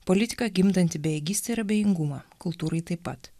politika gimdanti bejėgystę ir abejingumą kultūrai taip pat